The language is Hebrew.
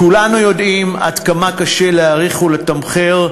כולנו יודעים עד כמה קשה להעריך ולתמחר,